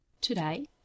Today